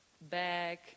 back